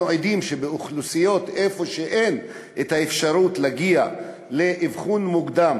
אנחנו עדים שבאוכלוסיות שבהן אין את האפשרות להגיע לאבחון מוקדם